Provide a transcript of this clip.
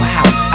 Wow